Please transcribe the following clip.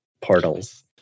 portals